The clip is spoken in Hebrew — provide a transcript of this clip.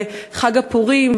וחג הפורים.